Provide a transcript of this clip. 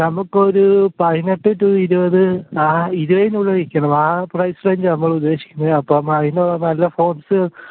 നമുക്കൊരു പയിനെട്ട് ടൂ ഇരുപത് ആ ഇരുപതിനുള്ളിൽ നിൽക്കണം ആ പ്രൈസ് റേഞ്ച് ആണ് നമ്മളുദ്ദേശിക്കുന്നത് അപ്പോൾ നമ്മൾ അതിനുള്ള നല്ല ഫോൺസ്